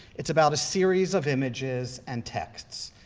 it's about a series of images and texts.